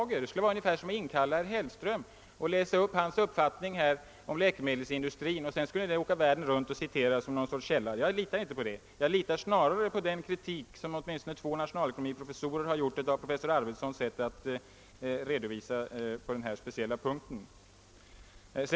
Det hela är därför ungefär detsamma som om man inkallade herr Hellström och lät honom läsa upp sin uppfattning om läkemedelsindustrin för att sedan detta material skulle kunna spridas över världen och citeras som något slags källa. Jag litar inte på material av det slaget. Jag litar mer på den kritik som åtminstone två nationalekonomiprofessorer gjort av professor Arvidssons redovisning på denna speciella punkt.